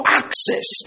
access